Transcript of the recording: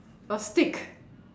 a stick